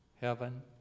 heaven